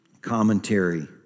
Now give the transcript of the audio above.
commentary